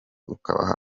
ukabaha